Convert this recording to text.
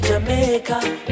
Jamaica